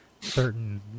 certain